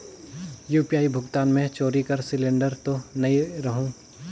UPI भुगतान मे चोरी कर सिलिंडर तो नइ रहु?